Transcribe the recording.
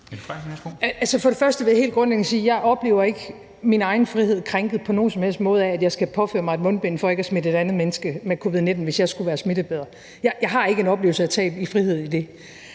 (S): Jeg vil først helt grundlæggende sige, at jeg ikke oplever min egen frihed krænket på nogen som helst måde, ved at jeg skal påføre mig et mundbind for ikke at smitte et andet menneske med covid-19, hvis jeg skulle være smittebærer. Jeg har ikke en oplevelse af et tab af frihed ved det.